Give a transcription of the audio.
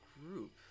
group